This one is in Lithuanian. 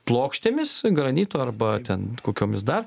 plokštėmis granito arba ten kokiomis dar